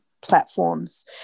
platforms